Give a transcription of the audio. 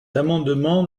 amendement